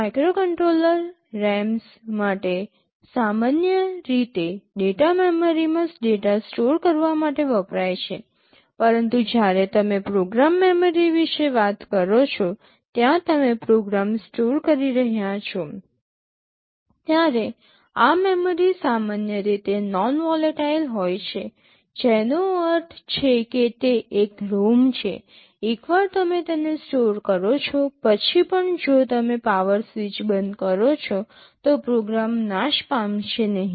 microcontroller RAMs માટે સામાન્ય રીતે ડેટા મેમરીમાં ડેટા સ્ટોર કરવા માટે વપરાય છે પરંતુ જ્યારે તમે પ્રોગ્રામ મેમરી વિશે વાત કરો છો ત્યાં તમે પ્રોગ્રામ સ્ટોર કરી રહ્યાં છો ત્યારે આ મેમરી સામાન્ય રીતે નોન વૉલટાઈલ હોય છે જેનો અર્થ એ છે કે તે એક ROM છે એકવાર તમે તેને સ્ટોર કરો છો પછી પણ જો તમે પાવર સ્વિચ બંધ કરો છો તો પ્રોગ્રામ નાશ પામશે નહીં